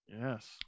yes